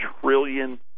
trillion